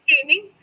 training